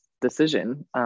decision